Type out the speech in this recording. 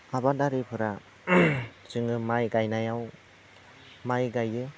आबादारिफोरा जोङो माइ गायनायाव माइ गायो